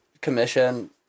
commission